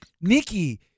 Nikki